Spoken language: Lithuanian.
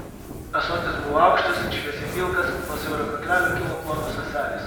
ąsotis buvo aukštas šviesiai pilkas nuo siauro kaklelio kilo plonos ąselės